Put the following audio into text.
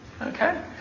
okay